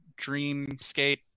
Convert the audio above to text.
dreamscape